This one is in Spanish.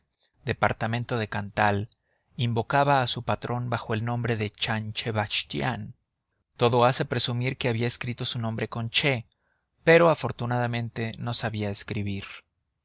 departamento de cantal invocaba a su patrón bajo el nombre de chan chebachtián todo hace presumir que había escrito su nombre con ch pero afortunadamente no sabía escribir